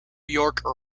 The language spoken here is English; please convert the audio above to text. york